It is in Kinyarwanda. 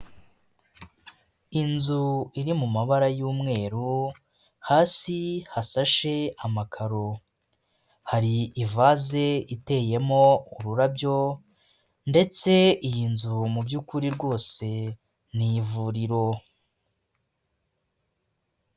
Inzu iri mu mabara y'umweru hasi hasashe amakaro, hari ivaze iteyemo ururabyo ndetse iyi nzu mubyukuri rwose ni ivuriro.